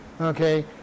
okay